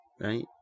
right